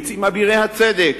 יוצאים אבירי הצדק